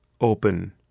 open